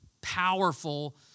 powerful